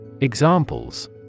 Examples